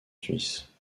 suisse